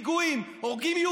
פיגועים, הורגים יהודים.